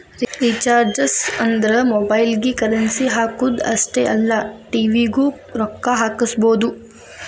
recharges ಅಂದ್ರ ಮೊಬೈಲ್ಗಿ currency ಹಾಕುದ್ ಅಷ್ಟೇ ಅಲ್ಲ ಟಿ.ವಿ ಗೂ ರೊಕ್ಕಾ ಹಾಕಸಬೋದು